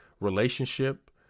relationship